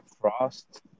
frost